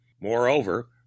Moreover